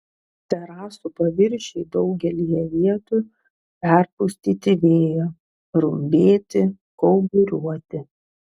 terasų paviršiai daugelyje vietų perpustyti vėjo rumbėti kauburiuoti